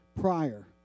prior